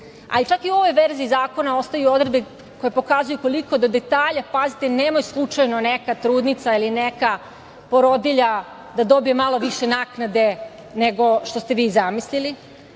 a čak i u ovoj verziji zakona ostaju odredbe koje pokazuju koliko do detalja pazite, nemoj slučajno neka trudnica ili neka porodilja da dobije malo više naknade nego što ste vi zamislili,